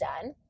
done